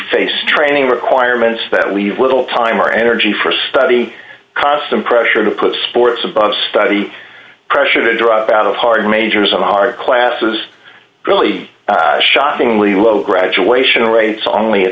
face training requirements that leave little time or energy for study constant pressure to put sports above study pressure to drop out of hard majors and hard classes really shockingly low graduation rates on only a